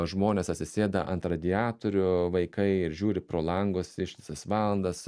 žmonės atsisėdę ant radiatorių vaikai ir žiūri pro langus ištisas valandas